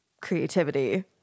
creativity